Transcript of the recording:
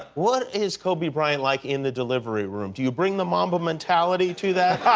what is kobe bryant like in the delivery room? do you bring the mamba mentality to that?